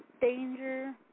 danger